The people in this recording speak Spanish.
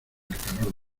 calor